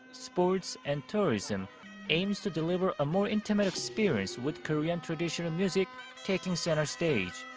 sports and tourism aims to deliver a more intimate experience with korean traditional music taking center stage.